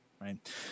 right